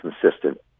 consistent